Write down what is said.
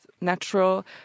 natural